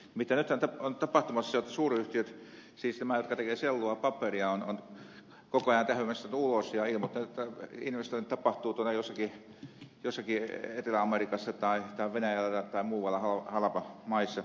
nimittäin nythän on tapahtumassa niin jotta suuryhtiöt siis nämä jotka tekevät sellua ja paperia ovat koko ajan tähyämässä ulos ja ilmoittavat että investoinnit tapahtuvat tuolla jossakin etelä amerikassa tai venäjällä tai muualla halpamaissa